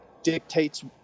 dictates